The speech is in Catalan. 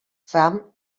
fam